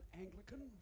Anglican